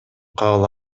кабыл